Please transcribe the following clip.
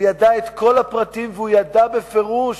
והוא ידע את כל הפרטים והוא ידע בפירוש